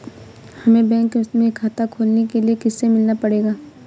हमे बैंक में खाता खोलने के लिए किससे मिलना पड़ेगा?